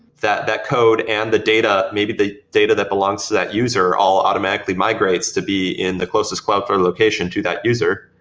that that code and the data, maybe the data that belongs to that user all automatically migrates to be in the closest cloudflare location to the user,